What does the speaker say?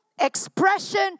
expression